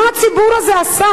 מה הציבור הזה עשה?